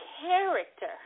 character